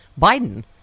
biden